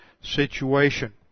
situation